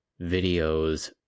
videos